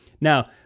Now